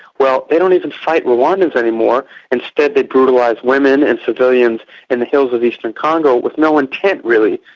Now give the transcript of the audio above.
well, they don't even fight rwandans anymore instead they brutalise women and civilians in the hills of eastern congo with no intent, really,